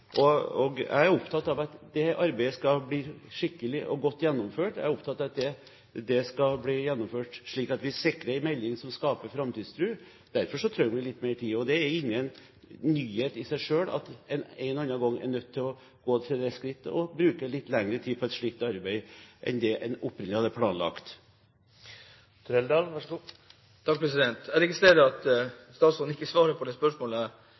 i regjering. Jeg er opptatt av at det arbeidet skal bli skikkelig og godt gjennomført, og jeg er opptatt av at det skal bli gjennomført slik at vi sikrer en melding som skaper framtidstro. Derfor trenger vi litt mer tid. Og det er ingen nyhet i seg selv at man en og annen gang er nødt til å gå til det skritt å bruke litt lengre tid på et slikt arbeid enn det man opprinnelig hadde planlagt. Jeg registrerer at statsråden ikke svarte på spørsmålet om man ville legge fram en melding. Han svarte i hvert fall ikke på det